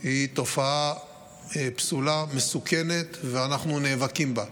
היא תופעה פסולה, מסוכנת, ואנחנו נאבקים בה.